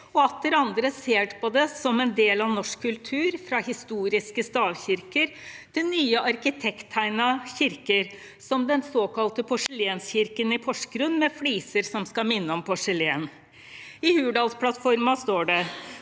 og atter andre ser på det som del av norsk kultur fra historiske stavkirker til nye arkitekttegnede kirker, som den såkalte porselenskirken i Porsgrunn med fliser som skal minne om porselen. I Hurdalsplattformen står det: